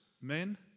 men